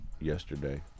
yesterday